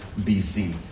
BC